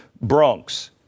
Bronx